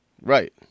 Right